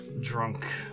drunk